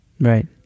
right